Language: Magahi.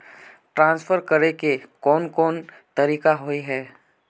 ट्रांसफर करे के कोन कोन तरीका होय है?